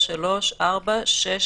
(3), (4), (6)